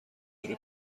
داره